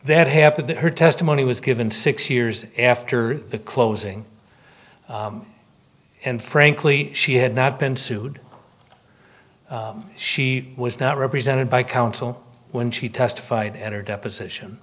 that happened in her testimony was given six years after the closing and frankly she had not been sued she was not represented by counsel when she testified at her deposition